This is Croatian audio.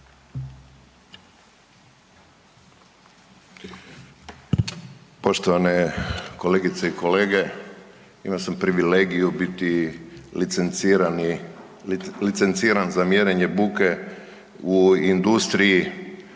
Poštovane kolegice i kolege imao sam privilegiju biti licencirani, licenciran za mjerenje buke u industriji